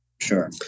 Sure